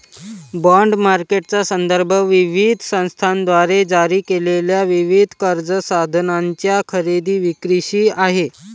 bond मार्केटचा संदर्भ विविध संस्थांद्वारे जारी केलेल्या विविध कर्ज साधनांच्या खरेदी विक्रीशी आहे